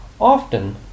Often